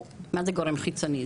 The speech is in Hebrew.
מה זה "גורם חיצוני"?